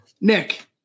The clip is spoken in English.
Nick